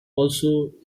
also